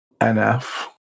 NF